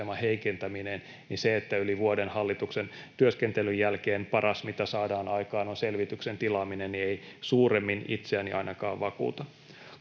aseman heikentäminen, niin se, että yli vuoden hallituksen työskentelyn jälkeen paras, mitä saadaan aikaan, on selvityksen tilaaminen, ei suuremmin ainakaan itseäni vakuuta.